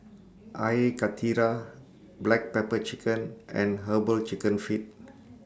Air Karthira Black Pepper Chicken and Herbal Chicken Feet